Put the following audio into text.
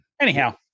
Anyhow